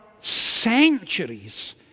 centuries